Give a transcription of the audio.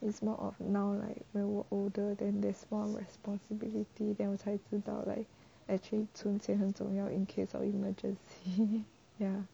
it's more of now like when 我 older then that's one of my responsibility then 我才知道 like actually 存钱很重要 in case of emergency ya